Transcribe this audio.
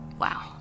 Wow